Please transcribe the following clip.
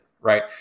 right